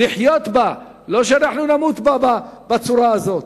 לחיות בה, לא שאנחנו נמות בה בצורה הזאת.